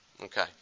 Okay